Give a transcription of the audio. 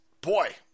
boy